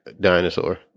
dinosaur